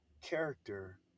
character